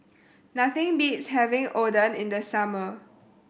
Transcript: nothing beats having Oden in the summer